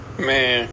Man